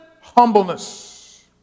humbleness